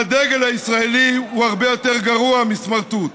והדגל הישראלי הוא הרבה יותר גרוע מסמרטוט.